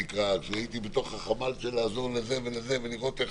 כשהייתי בתוך החמ"ל של לעזור לזה ולזה ולראות איך